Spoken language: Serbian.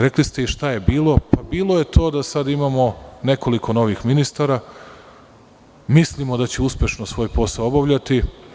Rekli ste i šta je bilo, a bilo je to da sada imamo nekoliko novih ministara, mislimo da će uspešno svoj posao obavljati.